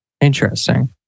Interesting